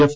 F